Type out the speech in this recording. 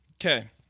Okay